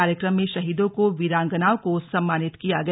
कार्यक्रम में शहीदों की वीरांगनाओं को सम्मानित किया गया